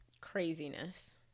Craziness